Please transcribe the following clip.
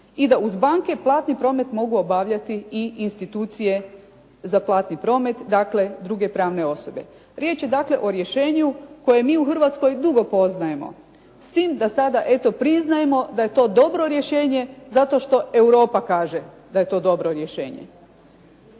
i da uz banke platni promet mogu obavljati i institucije za platni promet, dakle druge pravne osobe. Riječ je dakle o rješenju koje mi u Hrvatskoj dugo poznajemo, s tim da sada eto priznajemo da je to dobro rješenje zato što Europa kaže da je to dobro rješenje.